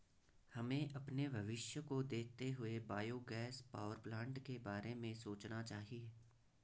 हमें अपने भविष्य को देखते हुए बायोगैस पावरप्लांट के बारे में सोचना चाहिए